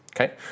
Okay